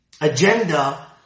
agenda